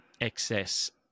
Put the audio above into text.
excess